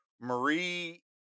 Marie